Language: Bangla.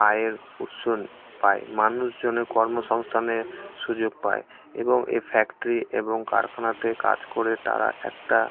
আয়ের অপশন পায় মানুষজনও কর্মসংস্থানের সুযোগ পায় এবং এই ফ্যাক্টরি এবং কারখানাতে কাজ করে তারা একটা